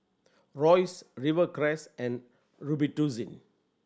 Royce Rivercrest and Robitussin